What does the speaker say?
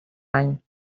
any